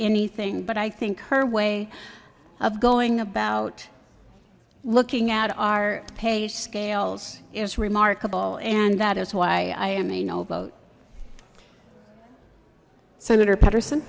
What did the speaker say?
anything but i think her way of going about looking at our pay scales is remarkable and that is why i am a no vote senator petters